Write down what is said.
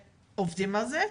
ועובדים על זה.